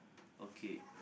okay